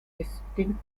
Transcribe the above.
distinct